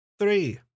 Three